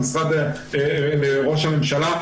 למשרד ראש הממשלה.